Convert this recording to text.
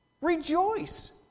Rejoice